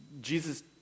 Jesus